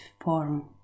form